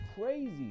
crazy